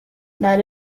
not